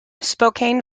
spokane